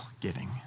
giving